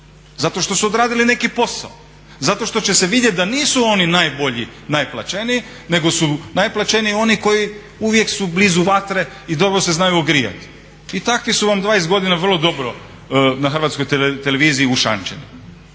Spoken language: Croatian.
zato što su odradili neki posao, zato što će se vidjet da nisu oni najbolji najplaćeniji nego su najplaćeniji oni koji uvijek su blizu vatre i dobro se znaju ogrijati. I takvi su vam 20 godina vrlo dobro na HRT-u ušančeni.